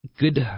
Good